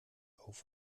auf